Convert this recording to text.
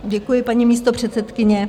Děkuji, paní místopředsedkyně.